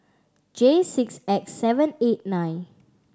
J six X seven eight nine